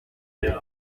ier